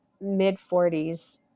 mid-40s